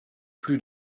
plus